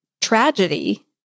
tragedy